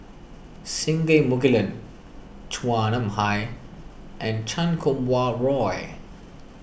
Singai Mukilan Chua Nam Hai and Chan Kum Wah Roy